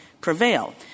prevail